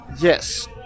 Yes